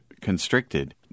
constricted